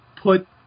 put